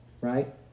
right